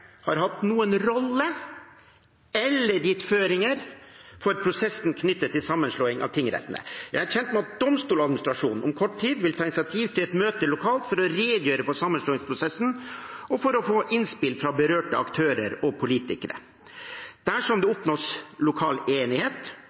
har hatt noen rolle eller gitt føringer for prosessen knyttet til sammenslåing av tingrettene. Jeg er kjent med at Domstoladministrasjonen om kort tid vil ta initiativ til et møte lokalt for å redegjøre for sammenslåingsprosessen og for å få innspill fra berørte aktører og politikere. Dersom det oppnås lokal enighet,